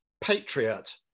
Patriot